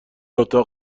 اتاق